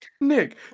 Nick